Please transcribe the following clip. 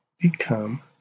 become